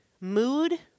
mood